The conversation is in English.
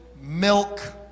milk